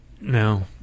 no